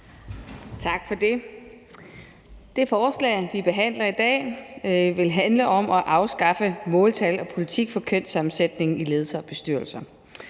Tak for det. Det forslag, vi behandler i dag, handler om at afskaffe måltal og politikker for kønssammensætningen i ledelser og bestyrelser.